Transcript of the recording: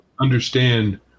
Understand